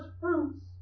fruits